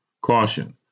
Caution